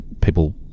people